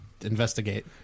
investigate